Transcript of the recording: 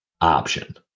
option